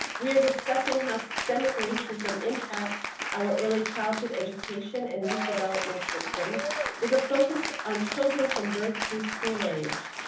we are discussing how systemic racism impacts our early childhood education and youth development systems with a focus on children from birth through school age.